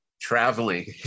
traveling